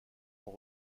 ont